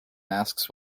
masks